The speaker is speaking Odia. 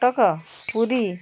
କଟକ ପୁରୀ